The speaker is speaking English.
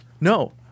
no